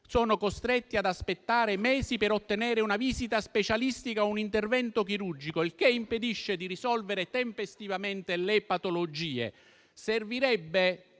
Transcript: sono costretti ad aspettare mesi per ottenere l'appuntamento per una visita specialistica o un intervento chirurgico, il che impedisce di risolvere tempestivamente le patologie.